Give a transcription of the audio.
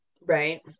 Right